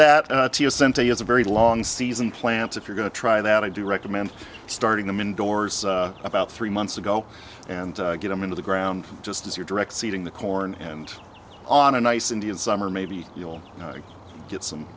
sente has a very long season plant if you're going to try that i do recommend starting them indoors about three months ago and get them into the ground just as your direct seeding the corn and on a nice indian summer maybe you'll get some